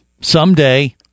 Someday